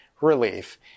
relief